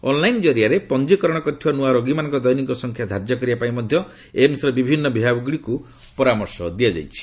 online କ୍ରିଆରେ ପଞ୍ଜିକରଣ କରିଥିବା ନୃଆ ରୋଗୀମାନଙ୍କ ଦୈନିକ ସଂଖ୍ୟା ଧାର୍ଯ୍ୟ କରିବା ପାଇଁ ମଧ୍ୟ ଏମ୍ସର ବିଭିନ୍ନ ବିଭାଗଗୁଡ଼ିକୁ ପରାମର୍ଶ ଦିଆଯାଇଛି